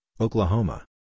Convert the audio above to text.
Oklahoma